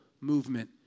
movement